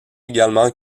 également